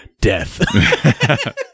Death